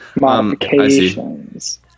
Modifications